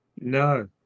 No